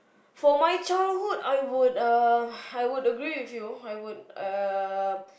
for my childhood I would uh I would agree with you I would um